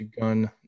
gun